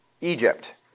Egypt